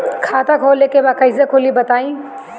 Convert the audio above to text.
खाता खोले के बा कईसे खुली बताई?